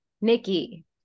Nikki